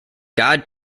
god